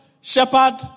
shepherd